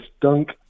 Dunk